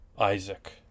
Isaac